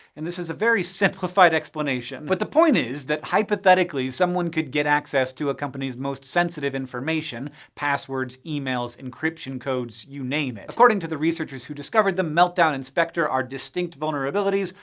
and this is a very simplified explanation. but the point is that, hypothetically, someone could get access to a company's most sensitive information passwords, emails, encryption codes, you name it. according to the researchers who discovered them, meltdown and spectre are distinct vulnerabilities,